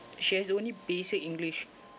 she has only basic english